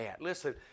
Listen